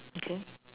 okay